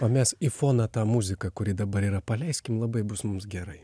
o mes į foną tą muziką kuri dabar yra paleiskim labai bus mums gerai